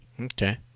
Okay